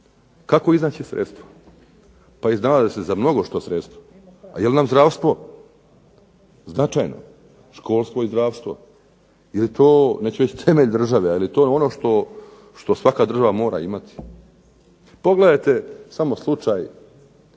Kako iznaći sredstva? Pa iznalaze se za mnogošto sredstva. Pa jel nam zdravstvo značajno? Školstvo i zdravstvo? Jel to, neću reći temelj države, ali to je ono što svaka država mora imati. Pogledajte samo slučaj